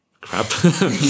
crap